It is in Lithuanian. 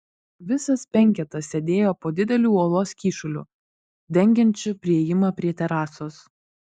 visas penketas sėdėjo po dideliu uolos kyšuliu dengiančiu priėjimą prie terasos